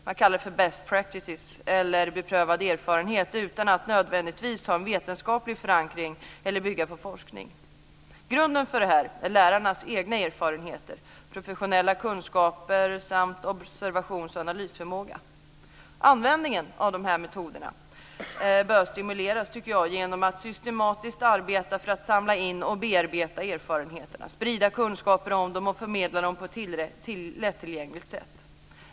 Man kallar dem för best practices eller beprövad erfarenhet, utan att nödvändigtvis ha en vetenskaplig förankring eller bygga på forskning. Grunden för detta är lärarnas egna erfarenheter, professionella kunskaper samt observations och analysförmåga. Användningen av de här metoderna bör stimuleras, tycker jag, genom att man systematiskt arbetar för att samla in och bearbeta erfarenheterna, sprida kunskapen om dem och förmedla dem på ett lättillgängligt sätt.